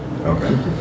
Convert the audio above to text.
Okay